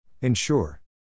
Ensure